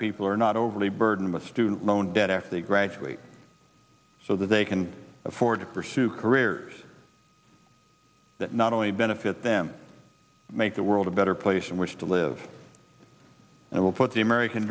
people are not overly burdened with student loan debt after they graduate so that they can afford to pursue careers that not only benefit them make the world a better place in which to live and i will put the american